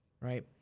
right